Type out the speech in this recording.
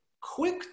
Quick